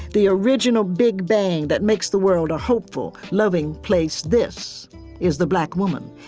the original big bang, that makes the world a hopeful, loving place this is the black woman,